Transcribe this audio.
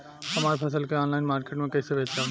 हमार फसल के ऑनलाइन मार्केट मे कैसे बेचम?